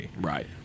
Right